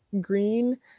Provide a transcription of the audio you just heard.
green